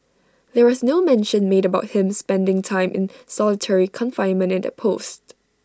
there was no mention made about him spending time in solitary confinement in that post